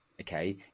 okay